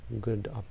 good